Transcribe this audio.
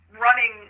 running